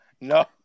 no